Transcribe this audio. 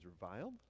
reviled